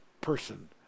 person